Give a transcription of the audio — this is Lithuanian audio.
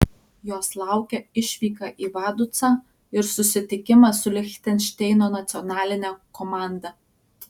jos laukia išvyka į vaducą ir susitikimas su lichtenšteino nacionaline komanda